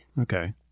Okay